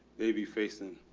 they be facing